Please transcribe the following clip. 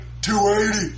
280